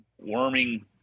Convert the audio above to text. worming